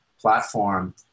platform